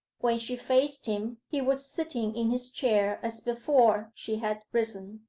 when she faced him he was sitting in his chair as before she had risen.